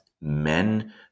men